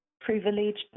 privileged